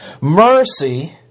Mercy